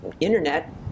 Internet